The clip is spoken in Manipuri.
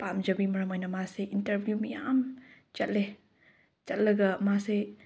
ꯄꯥꯝꯖꯕꯒꯤ ꯃꯔꯝ ꯑꯣꯏꯅ ꯃꯥꯁꯦ ꯏꯟꯇꯔꯚ꯭ꯌꯨ ꯃꯌꯥꯝ ꯆꯠꯂꯦ ꯆꯠꯂꯒ ꯃꯥꯁꯦ